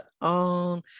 on